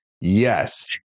yes